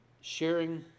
Sharing